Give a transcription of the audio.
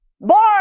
Born